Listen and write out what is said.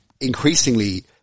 increasingly